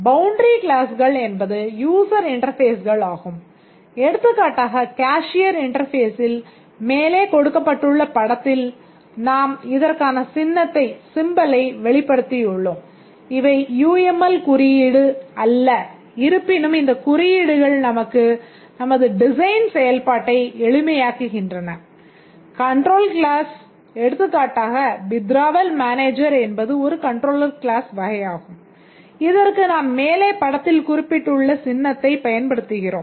Boundary Classகள் என்பது user இன்டர்பேஸ்கள் பயன்படுத்துகிறோம்